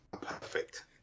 perfect